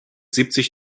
siebzig